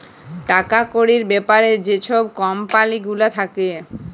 টাকা কড়ির ব্যাপারে যে ছব কম্পালি গুলা থ্যাকে